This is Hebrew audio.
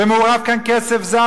ומעורב כאן כסף זר,